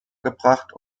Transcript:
gebracht